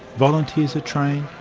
volunteers are trained,